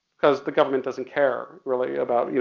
cause the government doesn't care, really about, you